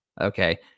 Okay